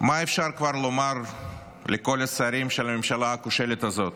מה אפשר כבר לומר לכל השרים של הממשלה הכושלת הזאת?